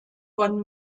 von